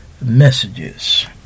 messages